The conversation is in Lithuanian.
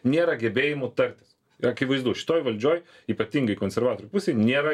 nėra gebėjimų tartis ir akivaizdu šitoj valdžioj ypatingai konservatorių pusėj nėra